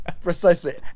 precisely